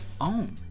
own